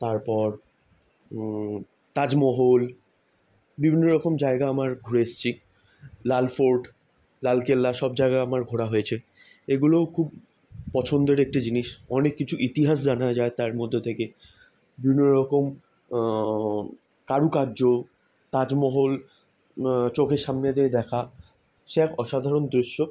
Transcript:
তারপর তাজমহল বিভিন্ন রকম জায়গা আমরা ঘুরে এসেছি লাল ফোর্ট লাল কেল্লা সব জায়গা আমার ঘোরা হয়েছে এগুলোও খুব পছন্দের একটি জিনিস অনেক কিছু ইতিহাস জানা যায় তার মধ্য থেকে বিভিন্ন রকম কারুকার্য তাজমহল চোখের সামনে দিয়ে দেখা সে এক অসাধারণ দৃশ্য